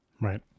Right